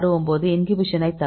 69 இன்ஹிபிஷன்னை தரும்